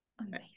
Amazing